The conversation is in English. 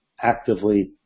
actively